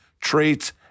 traits